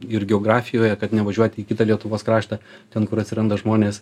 ir geografijoje kad nevažiuoti į kitą lietuvos kraštą ten kur atsiranda žmonės